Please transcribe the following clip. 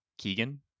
keegan